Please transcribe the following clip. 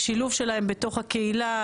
שילוב שלהם בתוך הקהילה,